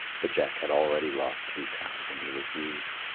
but jack had already lost two cows and he refused.